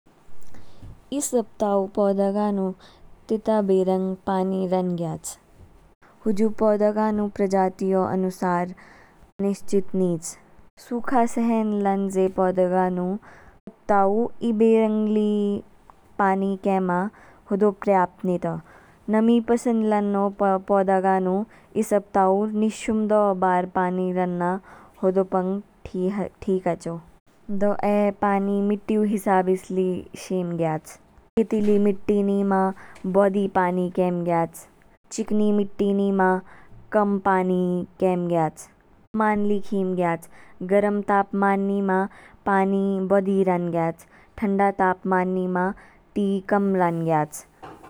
ई सप्ताह ऊ पौधागा नु तेता बेरंग पानी रान ग्याच। हुजु पोधागा नु प्रजातियों अनुसार निश्चित नीच। सुखा सहन लान्ज़े पौधागा नु ताऊ ई बेरंग ली पानी केमा होदो पर्याप्त नितो। नमी पसन्द लान्नो पौधागा नु ई सप्ताह ऊ निश शूम दो बार पानी रानना होदो पंग ठीक हाचो। दो ए पानी मिट्टी ऊ हिसाब इस ली शेम ग्याच, रेतीली मिट्टी नीमा बोधि पानी केम ग्याच, चिकनी मिट्टी नीमा कम पानी केम ग्याच। तापमान ली खीम ग्याच, गर्म तापमान नीमा पानी बोधि रान ग्याच, ठंडा तापमान नीमा ती कम रान ग्याच।